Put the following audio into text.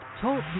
Talk